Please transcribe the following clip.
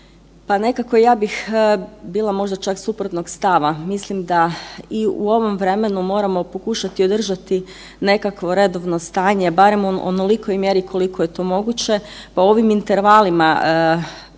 pa nekako ja bih bila možda čak suprotnog stava. Mislim da i u ovom vremenu moramo pokušati održati nekakvo redovno stanje, barem u onolikoj mjeri koliko je to moguće, pa u ovim intervalima između